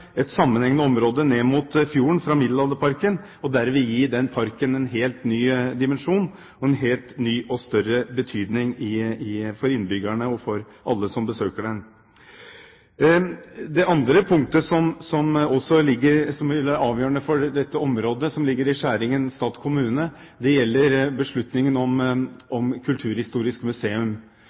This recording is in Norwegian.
et sammenhengende område, ned mot fjorden fra Middelalderparken, og dermed gi den parken en helt ny dimensjon og en helt ny og større betydning for innbyggerne og for alle som besøker den. Det andre punktet som er avgjørende for dette området som ligger i skjæringspunktet mellom stat og kommune, gjelder beslutningen om Kulturhistorisk museum.